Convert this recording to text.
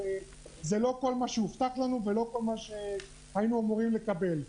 וזה לא כל מה שהובטח לנו ולא כל מה שהיינו אמורים לקבל.